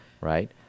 right